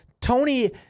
Tony